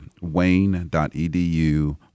wayne.edu